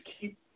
keep